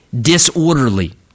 disorderly